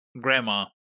Grandma